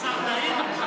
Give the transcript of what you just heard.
הבשר טעים?